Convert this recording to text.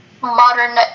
modern